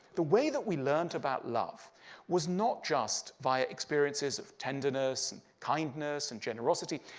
the way that we learned about love was not just via experiences of tenderness and kindness and generosity.